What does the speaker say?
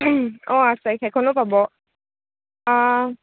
অঁ আছে সেইখনো পাব